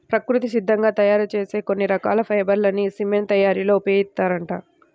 ప్రకృతి సిద్ధంగా తయ్యారు చేసే కొన్ని రకాల ఫైబర్ లని సిమెంట్ తయ్యారీలో ఉపయోగిత్తారంట